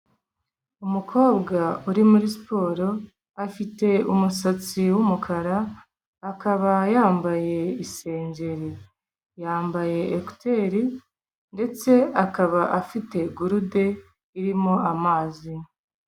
Umukobwa uri muri siporo, afite umusatsi w'umukara, akaba yambaye isengeri. Yambaye ekuteri ndetse akaba afite gurude irimo amazi.